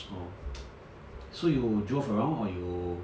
oh so you drove around or you